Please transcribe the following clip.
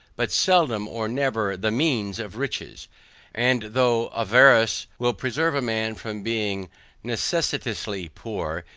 but seldom or never the means of riches and though avarice will preserve a man from being necessitously poor,